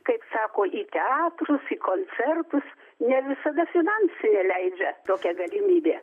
kaip sako į teatrus į koncertus ne visada finansai leidžia tokia galimybė